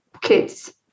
kids